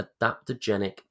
adaptogenic